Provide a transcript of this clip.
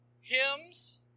hymns